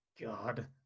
God